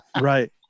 Right